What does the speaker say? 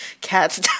cats